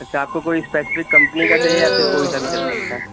اچھا آپ کو کوئی اسپیشلی کمپنی کا چاہیے یا پھر کوئی سا بھی چل سکتا ہے